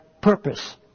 purpose